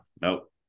Nope